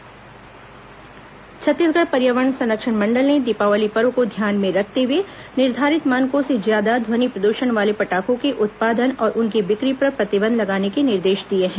आतिशबाजी समय निर्धारण छत्तीसगढ़ पर्यावरण संरक्षण मंडल ने दीपावली पर्व को ध्यान में रखते हुए निर्धारित मानकों से ज्यादा ध्वनि प्रदूषण वाले पटाखों के उत्पादन और उनकी बिक्री पर प्रतिबंध लगाने के निर्देश दिए हैं